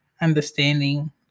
Understanding